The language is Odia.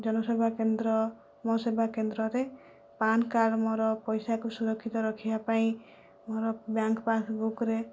ଜନସେବା କେନ୍ଦ୍ର ମୋ ସେବା କେନ୍ଦ୍ରରେ ପାନ କାର୍ଡ଼ ମୋର ପଇସାକୁ ସୁରକ୍ଷିତ ରଖିବା ପାଇଁ ମୋର ବ୍ୟାଙ୍କ ପାସବୁକ୍ରେ